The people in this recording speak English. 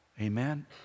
Amen